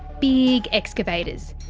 big excavators,